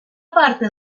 parte